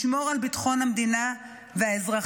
לשמור על ביטחון המדינה והאזרחים.